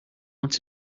wants